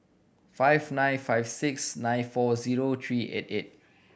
five nine five six nine four zero three eight eight